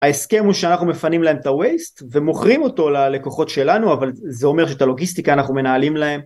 ההסכם הוא שאנחנו מפנים להם את ה Waste ומוכרים אותו ללקוחות שלנו אבל זה אומר שאת הלוגיסטיקה אנחנו מנהלים להם